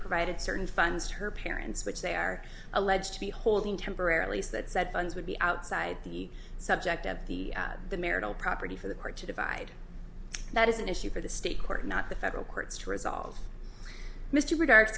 provided certain funds to her parents which they are alleged to be holding temporarily so that said funds would be outside the subject of the the marital property for the court to divide that is an issue for the state court not the federal courts to resolve mr regard